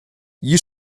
gli